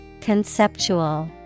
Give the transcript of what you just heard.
Conceptual